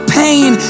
pain